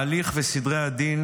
ההליך וסדרי הדין,